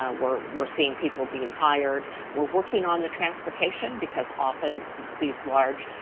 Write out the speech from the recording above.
ah we're we're seeing people being hired. we're working on the transportation because often these large